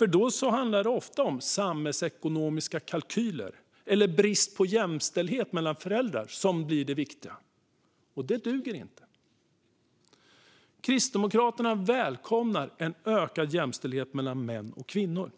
Oftast är det samhällsekonomiska kalkyler eller brist på jämställdhet mellan föräldrar som blir det viktiga. Det duger inte. Kristdemokraterna välkomnar en ökad jämställdhet mellan män och kvinnor.